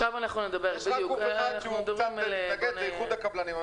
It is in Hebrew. הגוף שקצת מתנגד זה איחוד הקבלנים ואני